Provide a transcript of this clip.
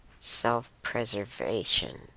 self-preservation